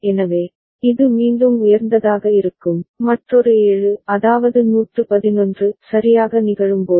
எனவே இது மீண்டும் உயர்ந்ததாக இருக்கும் மற்றொரு 7 அதாவது 111 சரியாக நிகழும்போது